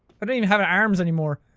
i don't even have ah arms anymore.